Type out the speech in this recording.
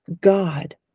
God